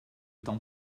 temps